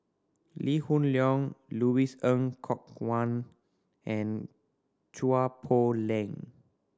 Lee Hoon Leong Louis Ng Kok Kwang and Chua Poh Leng